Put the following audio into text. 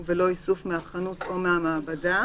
ובלא איסוף מהחנות או מהמעבדה,